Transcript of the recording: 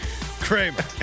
Kramer